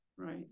Right